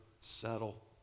settle